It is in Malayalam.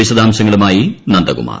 വിശദാംശങ്ങളുമായി നന്ദകുമാർ